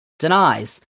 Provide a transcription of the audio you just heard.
denies